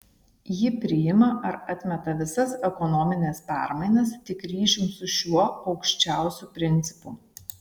ji priima ar atmeta visas ekonomines permainas tik ryšium su šiuo aukščiausiu principu